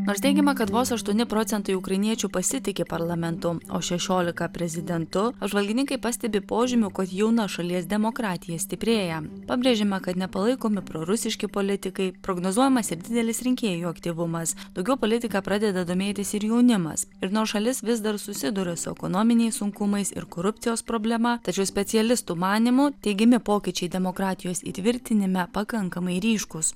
nors teigiama kad vos aštuoni procentai ukrainiečių pasitiki parlamentu o šešiolika prezidentu apžvalgininkai pastebi požymių kad jauna šalies demokratija stiprėja pabrėžiama kad nepalaikomi prorusiški politikai prognozuojamas ir didelis rinkėjų aktyvumas daugiau politiką pradeda domėtis ir jaunimas ir nors šalis vis dar susiduria su ekonominiais sunkumais ir korupcijos problema tačiau specialistų manymu teigiami pokyčiai demokratijos įtvirtinime pakankamai ryškūs